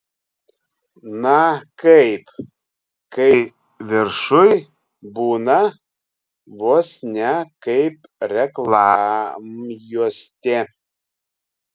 na kaip kai viršuj būna vos ne kaip reklamjuostė